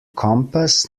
compass